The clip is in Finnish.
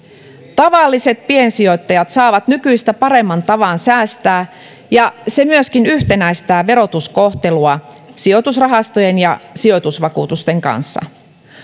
tavalliset piensijoittajat saavat nykyistä paremman tavan säästää ja se myöskin yhtenäistää verotuskohtelua sijoitusrahastojen ja sijoitusvakuutusten kanssa